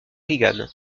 reagan